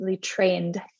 trained